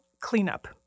cleanup